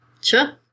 Sure